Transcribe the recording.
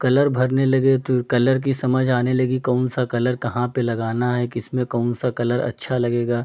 colour भरने लगे तो कलर की समझ आने लगी कौन सा कलर कहाँ पे लगाना है किसमें कौन सा कलर अच्छा लगेगा